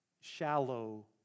shallow